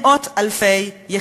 מאות אלפים,